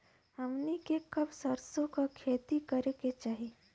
हमनी के कब सरसो क खेती करे के चाही?